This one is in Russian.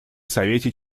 совете